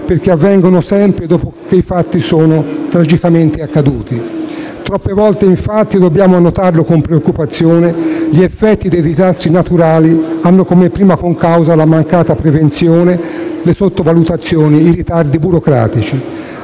perché avvengono sempre dopo che i fatti sono tragicamente accaduti. Troppe volte, infatti - dobbiamo annotarlo con preoccupazione - gli effetti dei disastri naturali hanno come prima concausa la mancata prevenzione, le sottovalutazioni, i ritardi burocratici.